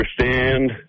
understand